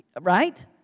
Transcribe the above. right